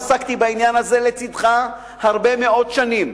עסקתי בעניין הזה לצדך הרבה מאוד שנים.